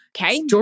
Okay